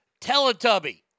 Teletubby